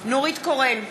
נורית קורן,